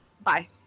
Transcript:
Bye